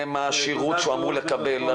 מה השירות הספציפי שהוא אמור לקבל?